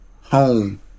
home